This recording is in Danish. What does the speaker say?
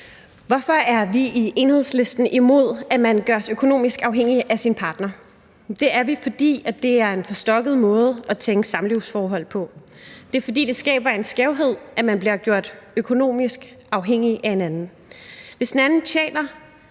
Hvorfor er vi i Enhedslisten imod, at man gøres økonomisk afhængig af sin partner? Det er vi, fordi det er en forstokket måde at tænke samlivsforhold på. Det er vi, fordi det skaber en skævhed, at man bliver gjort økonomisk afhængig af en anden. Hvis den anden tjener